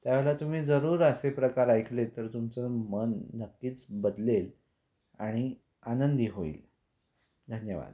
त्यावेळेला तुम्ही जरूर असे प्रकार ऐकलेत तर तुमचं मन नक्कीच बदलेल आणि आनंदी होईल धन्यवाद